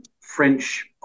French